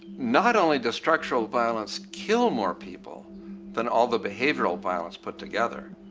not only does structural violence kill more people than all the behavioral violence put together,